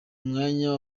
umwanya